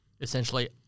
essentially